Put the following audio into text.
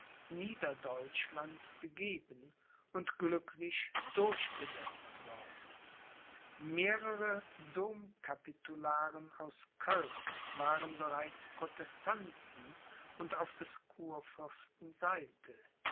stiftern niederdeutschlands gegeben und glücklich durchgesetzt worden mehrere domcapitularen aus köln waren bereits protestanten und auf des kurfürsten seite